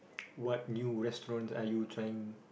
what new restaurant are you trying